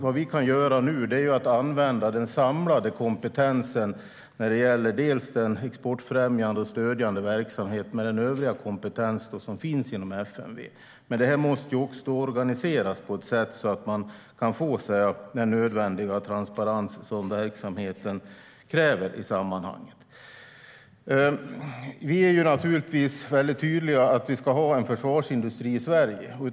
Vad vi kan göra nu är att använda den samlade kompetensen när det gäller den exportfrämjande och stödjande verksamheten och den övriga kompetens som finns inom FMV. Men det här måste organiseras på ett sätt så att man kan få den nödvändiga transparens som verksamheten kräver. Vi är naturligtvis tydliga med att vi ska ha en försvarsindustri i Sverige.